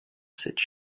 cette